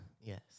Yes